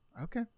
Okay